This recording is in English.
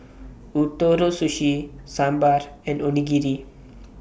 Ootoro Sushi Sambar and Onigiri